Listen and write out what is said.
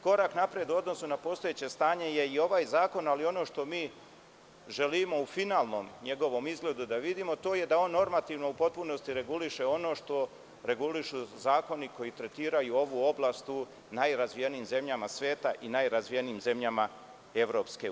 Korak napred u odnosu na postojeće stanje je i ovaj zakon, ali ono što mi želimo u njegovom finalnom izgledu da vidimo jeste da on normativno u potpunosti reguliše ono što regulišu zakoni koji tretiraju ovu oblast u najrazvijenijim zemljama sveta i najrazvijenijim zemljama EU.